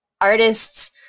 artists